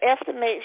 estimates